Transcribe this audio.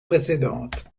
précédentes